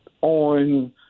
on –